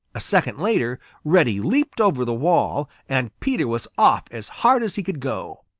a second later, reddy leaped over the wall, and peter was off as hard as he could go,